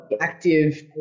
Active